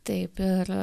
taip ir